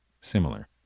similar